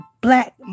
black